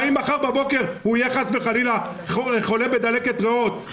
אם מחר בבוקר הוא יהיה חס וחלילה חולה בדלקת ריאות,